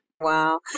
Wow